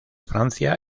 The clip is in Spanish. francia